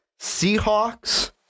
Seahawks